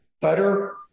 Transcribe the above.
butter